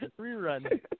rerun